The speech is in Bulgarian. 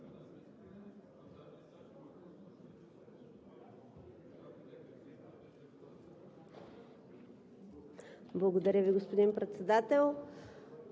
Благодаря Ви, госпожо Председател.